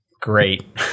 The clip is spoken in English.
Great